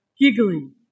giggling